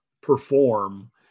perform